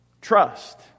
trust